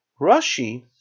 Rashi